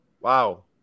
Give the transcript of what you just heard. Wow